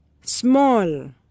small